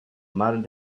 mar